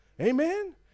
amen